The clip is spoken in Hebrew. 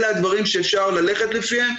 אלה הדברים שאפשר ללכת לפיהם.